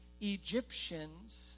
Egyptians